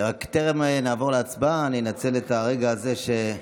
רק טרם נעבור להצבעה, אני אנצל את הרגע הזה, ממי?